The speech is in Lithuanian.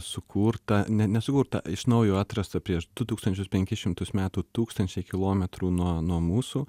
sukurta ne nesukurta iš naujo atrasta prieš du tūkstančius penkis šimtus metų tūkstančiai kilometrų nuo nuo mūsų